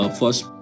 first